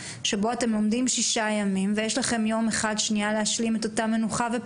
שבהם אתם לומדים שישה ימים ויש לכם יום אחד להשלים את הפער